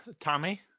Tommy